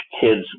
kids